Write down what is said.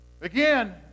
Again